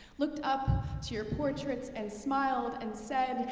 looked up to your portraits and smiled and said,